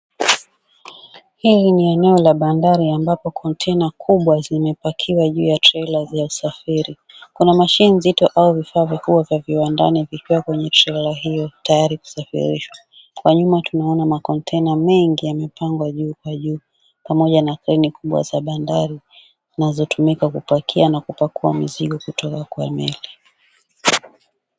Hili ni eneo la bandari ambapo kontena kubwa zimepakiwa juu ya trela la usafiri. Kuna mashini nzito au vifaa vikubwa vya kiwandani vikiwa kwenye trela hiyo tayari kusafirishwa. Kwa nyuma tunaona makontena mengi yamepangwa juu kwa juu pamoja na feni kubwa za bandari zinazotumika kupakia na kupakua mizigo kutoka kwa meli.